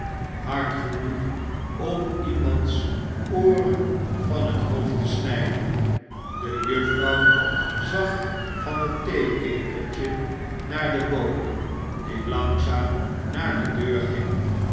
hard ge noeg om iemands ooren van het hoofd te snijden de juffrouw zag van het theeketeltje naar den j bode die langzaam naar de deur ging